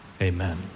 Amen